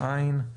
אין.